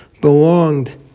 belonged